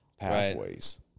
pathways